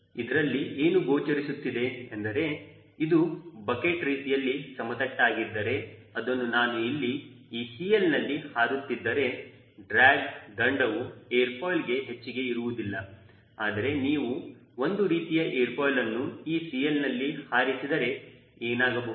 ಇದರಲ್ಲಿ ಏನು ಗೋಚರಿಸುತ್ತಿದೆ ಎಂದರೆ ಇದು ಬಕೆಟ್ ರೀತಿಯಲ್ಲಿ ಸಮತಟ್ಟಾಗಿದ್ದರೆ ಅಂದರೆ ನಾನು ಇಲ್ಲಿ ಈ CLನಲ್ಲಿ ಹಾರುತ್ತಿದ್ದರೆ ಡ್ರ್ಯಾಗ್ ದಂಡವು ಏರ್ ಫಾಯಿಲ್ಗೆ ಹೆಚ್ಚಿಗೆ ಇರುವುದಿಲ್ಲ ಆದರೆ ನೀವು ಒಂದು ರೀತಿಯ ಏರ್ ಫಾಯಿಲ್ ಅನ್ನು ಈ CL ನಲ್ಲಿ ಹಾರಿಸಿದರೆ ಏನಾಗಬಹುದು